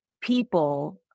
people